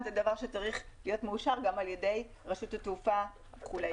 צריך להיות מאושר גם על-ידי רשות התעופה וכולי.